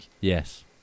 Yes